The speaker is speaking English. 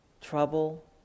trouble